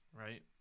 right